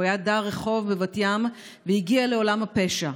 הוא היה דר רחוב בבת ים והגיע לעולם הפשע.